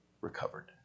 recovered